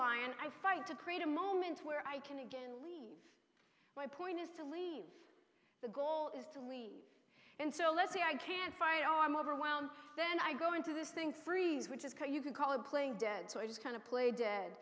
lion i fight to create a moment where i can again leave my point is to leave the goal is to leave and so let's say i can't fight oh i'm overwhelmed then i go into this thing freeze which is you can call it playing dead so i just kind of play dead